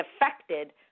affected